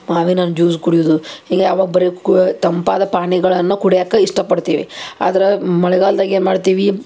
ಮಾವಿನ ಹಣ್ ಜ್ಯೂಸ್ ಕುಡಿಯುವುದು ಹೀಗ ಅವಾಗ ಬರಿ ಕೂ ತಂಪಾದ ಪಾನಿಯಗಳನ್ನು ಕುಡಿಯಕ್ಕ ಇಷ್ಟಪಡ್ತೀವಿ ಆದ್ರೆ ಮಳೆಗಾಲ್ದಗ ಏನು ಮಾಡ್ತೀವಿ